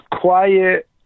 quiet